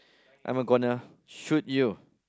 I am gonna shoot you